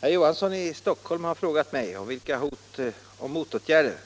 Herr Olof Johansson i Stockholm har frågat mig om vilka hot om motgärder